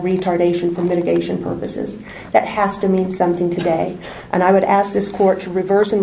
retardation for medication purposes that has to mean something today and i would ask this court to reverse